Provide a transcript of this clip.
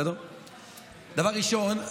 דבר ראשון,